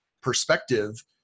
perspective